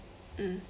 mm